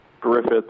Griffith